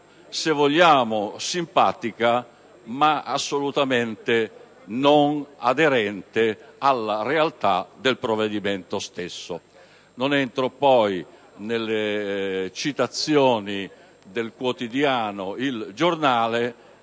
se vogliamo simpatica, ma assolutamente non aderente alla realtà del provvedimento stesso. Non entro poi nelle citazioni del quotidiano «il Giornale»,